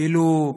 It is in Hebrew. כאילו,